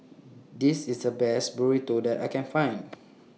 This IS The Best Burrito that I Can Find